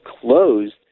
closed